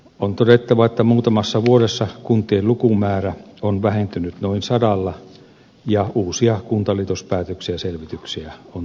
on todettava että muutamassa vuodessa kuntien lukumäärä on vähentynyt noin sadalla ja uusia kuntaliitospäätöksiä ja selvityksiä on tehty ja tekeillä